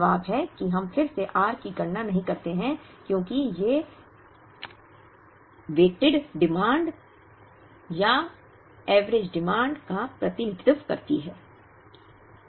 जवाब है कि हम फिर से r की गणना नहीं करते हैं क्योंकि ये वेटेड डिमांड या औसत एवरेज डिमांड का प्रतिनिधित्व करती है